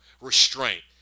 restraint